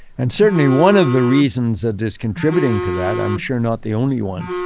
and certainly, one of the reasons that is contributing to that, i'm sure not the only one,